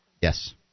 Yes